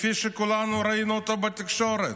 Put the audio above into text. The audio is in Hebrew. שכולנו ראינו אותו בתקשורת.